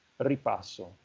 Ripasso